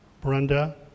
Brenda